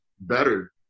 better